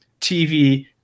tv